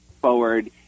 forward